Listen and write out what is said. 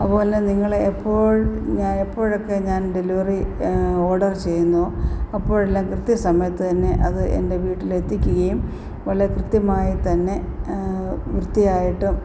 അതുപോലെ നിങ്ങളെപ്പോഴും എപ്പോഴൊക്കെ ഞാൻ ഡെലിവറി ഓർഡർ ചെയ്യുന്നോ അപ്പോഴെല്ലാം കൃത്യ സമയത്ത് തന്നെ അത് എൻ്റെ വീട്ടിലെത്തിക്കുകയും പോലെ കൃത്യമായി തന്നെ വൃത്തിയായിട്ടും